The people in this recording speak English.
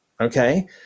okay